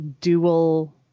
dual